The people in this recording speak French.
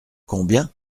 combien